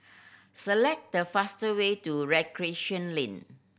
select the fast way to Recreation Lane